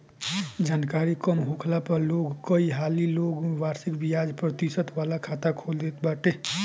जानकरी कम होखला पअ लोग कई हाली लोग वार्षिक बियाज प्रतिशत वाला खाता खोल देत बाटे